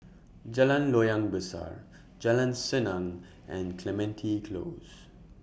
Jalan Loyang Besar Jalan Senang and Clementi Close